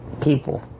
people